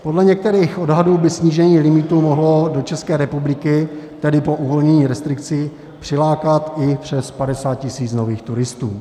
Podle některých odhadů by snížení limitu mohlo do České republiky, tedy po uvolnění restrikcí, přilákat i přes 50 tisíc nových turistů.